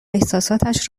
احساساتش